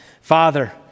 Father